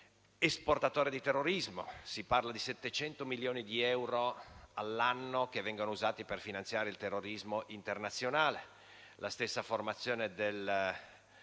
esportatore di terrorismo. Si parla di 700 milioni di euro all'anno che vengono usati per finanziare il terrorismo internazionale. La stessa formazione di